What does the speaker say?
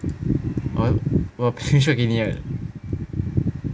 我我我我可以 show 给你 ah